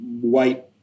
white